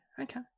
okay